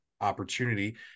opportunity